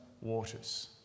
waters